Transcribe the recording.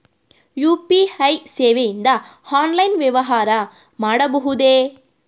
UPI ಸೇವೆಯಿಂದ online ವ್ಯವಹಾರ ಮಾಡಬಹುದೇ?